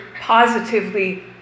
positively